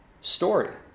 story